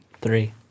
Three